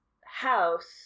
house